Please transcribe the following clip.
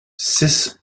six